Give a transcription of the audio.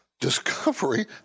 Discovery